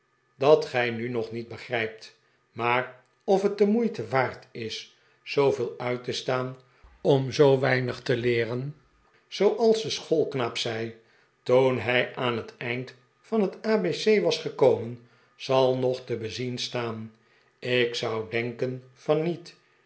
dat gij nu nog niet begrijpt maar of het de moeite waard is zooveel uit te staan om zoo weinig te leeren zooals de schoolknaap zei toen hij aan het eind van het abc was gekomen zal nog te bezien staan ik zou denken van niet